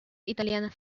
italianas